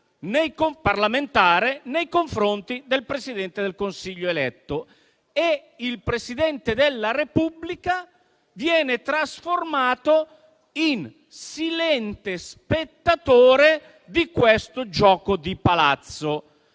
nei confronti del Presidente del Consiglio eletto. Il Presidente della Repubblica viene trasformato in silente spettatore di questo gioco di Palazzo.